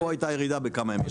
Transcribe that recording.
פה הייתה ירידה בכמה ימים לפני.